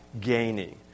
gaining